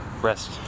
rest